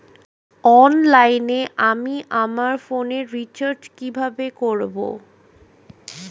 অনলাইনে আমি আমার ফোনে রিচার্জ কিভাবে করব?